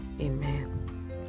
amen